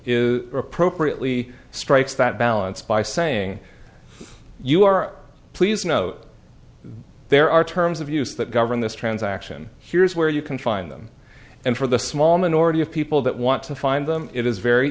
is appropriately strikes that balance by saying you are please note there are terms of use that govern this transaction here's where you can find them and for the small minority of people that want to find them it is very